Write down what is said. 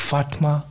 Fatma